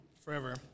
Forever